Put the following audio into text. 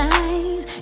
eyes